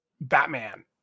batman